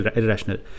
irrational